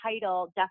title